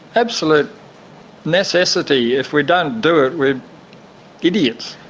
absolute necessity. if we don't do it we're idiots.